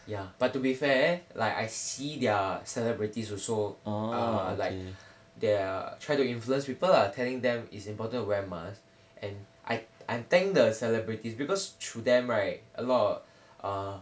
ya but to be fair like I see their celebrities also ah like their try to influence people lah telling them it's important to wear mask and I I thanked the celebrities because through them right a lot ah